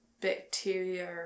bacteria